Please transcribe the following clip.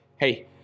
Hey